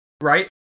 right